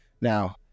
Now